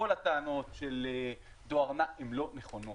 כל הטענות של דואר נע הן לא נכונות.